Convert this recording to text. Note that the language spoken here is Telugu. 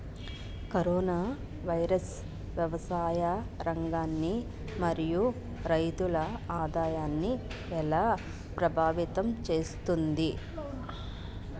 కరోనా వైరస్ వ్యవసాయ రంగాన్ని మరియు రైతుల ఆదాయాన్ని ఎలా ప్రభావితం చేస్తుంది?